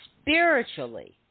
Spiritually